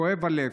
כואב הלב.